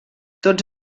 tots